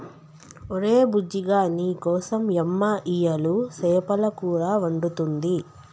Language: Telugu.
ఒరే బుజ్జిగా నీకోసం యమ్మ ఇయ్యలు సేపల కూర వండుతుంది